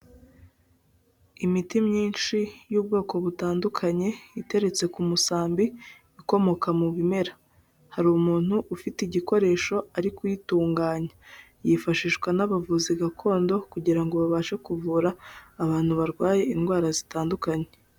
Imiti myinshi y'ubwoko butandukanye, iteretse ku musambi, ikomoka mu bimera, hari umuntu ufite igikoresho ari kuyitunganya, yifashishwa n'abavuzi gakondo kugira ngo babashe kuvura abantu barwaye indwara zitandukanye.